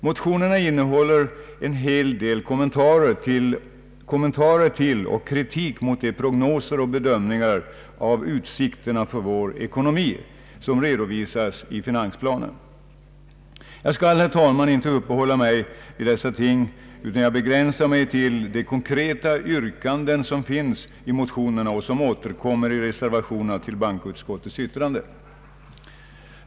Motionerna innehåller en hel del kommentarer till och kritik mot de prognoser och bedömningar av utsikterna för vår ekonomi som redovisas i finansplanen. Jag skall, herr talman, inte upphålla mig vid dessa ting utan begränsa mig till de konkreta yrkanden som finns i motionerna och som återkommer i reservationerna till bankoutskottets utlåtande.